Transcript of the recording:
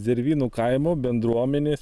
zervynų kaimo bendruomenės